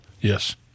Yes